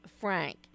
Frank